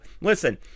Listen